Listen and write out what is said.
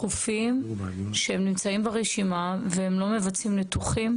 רופאים שנמצאים ברשימה והם לא מבצעים ניתוחים?